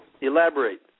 elaborate